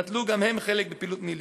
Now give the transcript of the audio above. השתתפו גם הם בפעילות ניל"י.